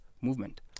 movement